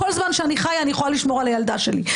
כל זמן שאני חיה אני יכולה לשמור על הילדה שלי.